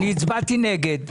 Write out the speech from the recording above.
אני הצבעתי נגד.